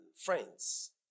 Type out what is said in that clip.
friends